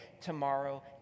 tomorrow